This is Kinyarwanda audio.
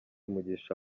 mugisha